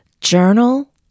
journal